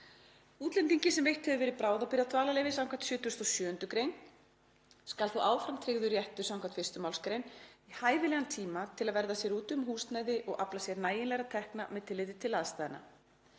Útlendingi sem veitt hefur verið bráðabirgðadvalarleyfi skv. 77. gr. skal þó áfram tryggður réttur skv. 1. mgr. í hæfilegan tíma til að verða sér úti um húsnæði og afla sér nægilegra tekna með tilliti til aðstæðna.